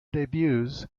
debuts